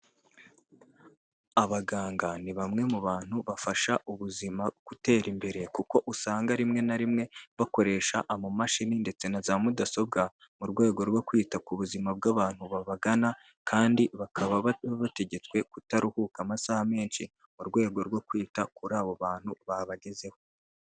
Abaganga ni bamwe mu bantu bafasha ubuzima gutera imbere kuko usanga rimwe na rimwe bakoresha amamashini ndetse na za mudasobwa, mu rwego rwo kwita ku buzima bw'abantu babagana kandi bakaba bategetswe kutaruhuka amasaha menshi, mu rwego rwo kwita kuri abo bantu babagezeho.